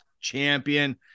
champion